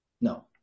No